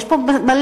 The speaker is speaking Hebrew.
עיירות הפיתוח,